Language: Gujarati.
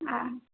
હા